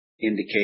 indicate